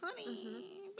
honey